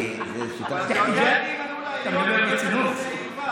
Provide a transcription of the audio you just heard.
אבל היום יש מניעה, כי זאת שיטה, הקצב הזה יגבר.